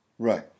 Right